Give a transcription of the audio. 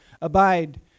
Abide